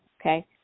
okay